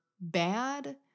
bad